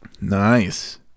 Nice